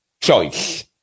choice